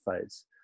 phase